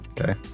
Okay